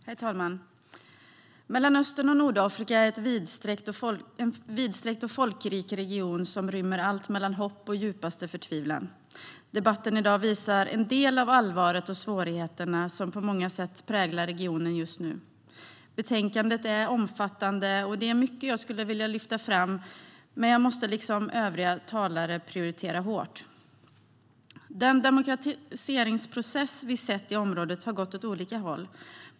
Herr talman! Mellanöstern och Nordafrika är en vidsträckt och folkrik region som rymmer allt mellan hopp och djupaste förtvivlan. Debatten i dag visar en del av allvaret och svårigheterna som på många sätt präglar regionen just nu. Betänkandet är omfattande, och det är mycket som jag skulle vilja lyfta fram. Men jag måste liksom övriga talare prioritera hårt. Den demokratiseringsprocess vi har sett i området har gått åt olika håll.